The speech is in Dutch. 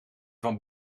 van